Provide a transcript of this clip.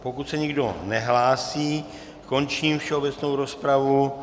Pokud se nikdo nehlásí, končím všeobecnou rozpravu.